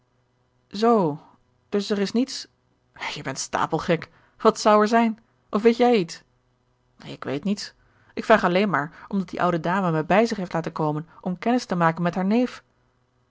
zoo dus er is niets je bent stapelgek wat zou er zijn of weet jij iets ik weet niets ik vraag alleen maar omdat die oude dame mij bij zich heeft laten komen om kennis te maken met haar neef